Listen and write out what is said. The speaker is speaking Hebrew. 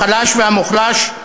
החלש והמוחלש,